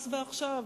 אז ועכשיו,